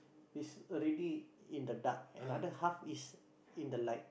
is already in the dark and other half is in the light